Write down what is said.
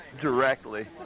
directly